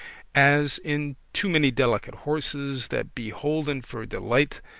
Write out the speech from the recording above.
as in too many delicate horses, that be holden for delight,